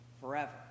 Forever